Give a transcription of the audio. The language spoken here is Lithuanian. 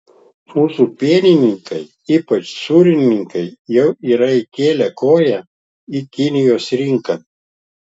mūsų pienininkai ypač sūrininkai jau yra įkėlę koją į kinijos rinką